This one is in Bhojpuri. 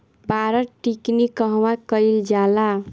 पारद टिक्णी कहवा कयील जाला?